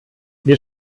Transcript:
wir